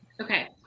Okay